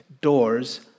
doors